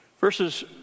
verses